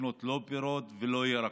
לקנות לא פירות ולא ירקות,